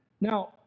Now